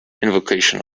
invocation